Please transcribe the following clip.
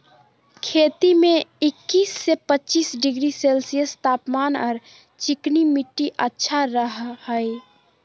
खेती में इक्किश से पच्चीस डिग्री सेल्सियस तापमान आर चिकनी मिट्टी अच्छा रह हई